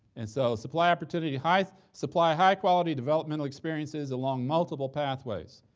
and so supply opportunity high supply high quality developmental experiences along multiple pathways.